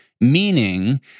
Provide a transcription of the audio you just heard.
meaning